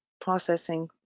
processing